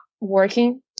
working